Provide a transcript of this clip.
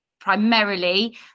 primarily